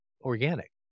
organic